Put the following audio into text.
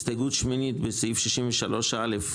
הסתייגות שמינית, בסעיף 63א,